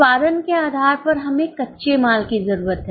उत्पादन के आधार पर हमें कच्चे माल की जरूरत है